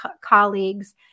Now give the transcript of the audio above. colleagues